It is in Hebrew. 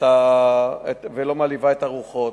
הרוחות.